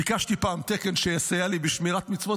ביקשתי פעם תקן שיסייע לי בשמירת מצוות,